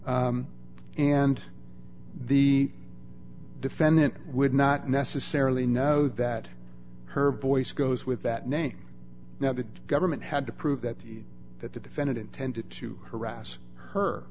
and the defendant would not necessarily know that her voice goes with that name now the government had to prove that that the defendant intended to harass her